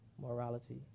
morality